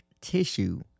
tissue